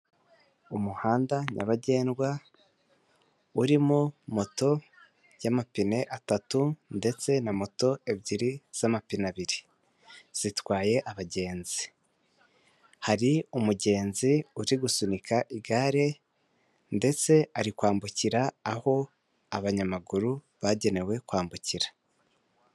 Umuhanda nyabagendwa, urimo moto y'amapine atatu ndetse na moto ebyiri z'amapine abiri. Zitwaye abagenzi. Hari umugenzi uri gusunika igare ndetse ari kwambukira aho abanyamaguru bagenewe kwambukira.